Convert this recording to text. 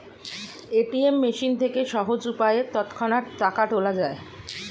ATM machine থেকে সহজ উপায়ে তৎক্ষণাৎ টাকা তোলা যায়